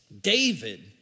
David